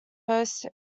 hosts